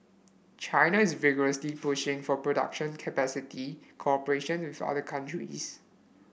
China is vigorously pushing for production capacity cooperation with other countries